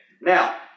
Now